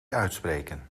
uitspreken